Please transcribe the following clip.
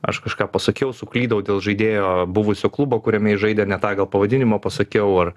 aš kažką pasakiau suklydau dėl žaidėjo buvusio klubo kuriame jis žaidė ne tą gal pavadinimą pasakiau ar